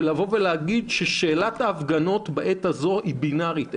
כשאתה אומר ששאלת ההפגנות בעת הזאת היא בינארית,